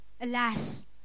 alas